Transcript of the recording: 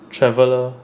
traveler